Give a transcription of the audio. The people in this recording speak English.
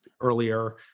earlier